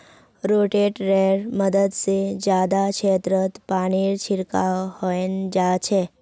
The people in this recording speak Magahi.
रोटेटरैर मदद से जादा क्षेत्रत पानीर छिड़काव हैंय जाच्छे